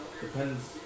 Depends